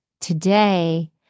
today